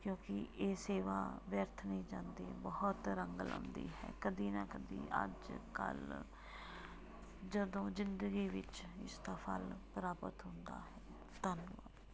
ਕਿਉਂਕਿ ਇਹ ਸੇਵਾ ਵਿਅਰਥ ਨਹੀਂ ਜਾਂਦੀ ਬਹੁਤ ਰੰਗ ਲਾਉਂਦੀ ਹੈ ਕਦੇ ਨਾ ਕਦੇ ਅੱਜ ਕੱਲ੍ਹ ਜਦੋਂ ਜ਼ਿੰਦਗੀ ਵਿੱਚ ਇਸਦਾ ਫਲ ਪ੍ਰਾਪਤ ਹੁੰਦਾ ਹੈ ਧੰਨਵਾਦ